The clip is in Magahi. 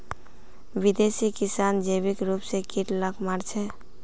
विदेशी किसान जैविक रूप स कीट लाक मार छेक